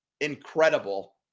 incredible